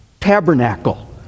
tabernacle